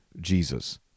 Jesus